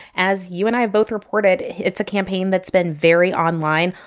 as you and i have both reported, it's a campaign that's been very online,